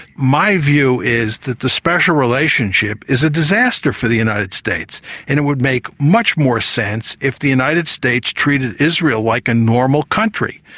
my view is that the special relationship is a disaster for the united states and it would make much more sense if the united states treated israel like a normal country.